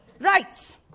Right